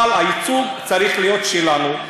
אבל הייצוג צריך להיות שלנו.